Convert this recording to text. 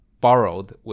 borrowed